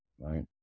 right